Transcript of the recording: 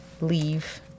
leave